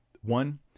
One